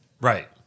Right